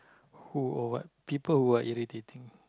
who or what people who are irritating